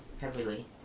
heavily